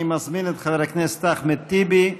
אני מזמין את חבר הכנסת אחמד טיבי.